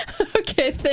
Okay